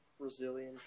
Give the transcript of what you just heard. Brazilian